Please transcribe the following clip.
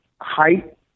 height